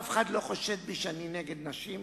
אף אחד לא חושד בי שאני נגד נשים,